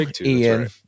ian